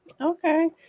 Okay